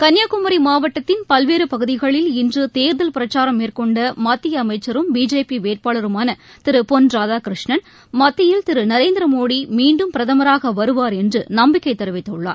கன்னியாகுமரி மாவட்டத்தின் பல்வேறு பகுதிகளில் இன்று தேர்தல் பிரச்சாரம் மேற்கொண்ட மத்திய அமைச்சரும் பிஜேபி வேட்பாளருமான திரு பொன் ராதாகிருஷ்ணன் மத்தியில் திரு நரேந்திர மோடி மீண்டும் பிரதமராக வருவார் என்று நம்பிக்கை தெரிவித்குள்ளார்